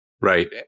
Right